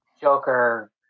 Joker